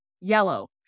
Yellow